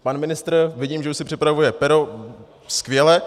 Pan ministr vidím, že už si připravuje pero, skvěle.